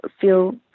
feel